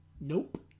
Nope